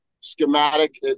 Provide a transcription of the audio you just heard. schematic